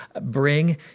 bring